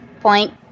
Point